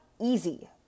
easy